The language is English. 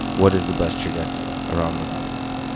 what is the best trajectory around those objects?